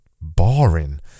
boring